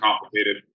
complicated